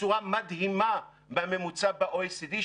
בצורה מדהימה מהממוצע ב-OECD,